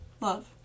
love